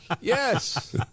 yes